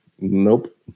nope